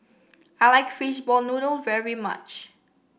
I like Fishball Noodle very much